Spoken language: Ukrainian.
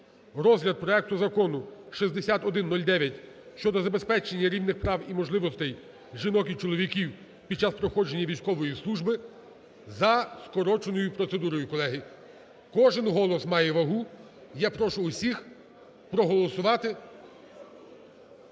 розгляд проекту Закону 6109: щодо забезпечення рівних прав і можливостей жінок і чоловіків під час проходження військової служби - за скороченою процедурою. Колеги, кожен голос має вагу. Я прошу усіх проголосувати.